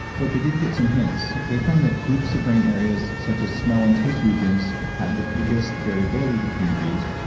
but they did get some hints. they found that groups of brain areas such as smell and taste regions had the biggest variability between breeds,